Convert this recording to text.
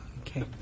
okay